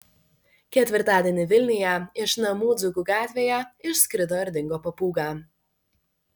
ketvirtadienį vilniuje iš namų dzūkų gatvėje išskrido ir dingo papūga